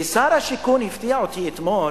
שר השיכון הפתיע אותי אתמול